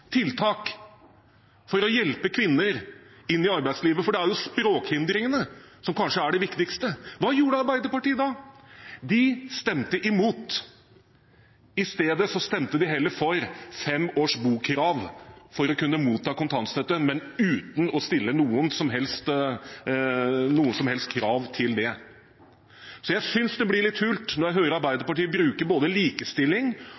tiltak for å hjelpe kvinner inn i arbeidslivet. Det er jo språkhindringene som kanskje er det viktigste. Hva gjorde Arbeiderpartiet da? De stemte imot. I stedet stemte de heller for krav om fem års botid for å kunne motta kontantstøtte, men uten å stille noen som helst krav til det. Så jeg synes det blir litt hult når jeg hører